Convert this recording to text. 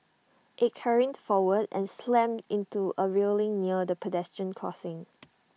IT careened forward and slammed into A railing near the pedestrian crossing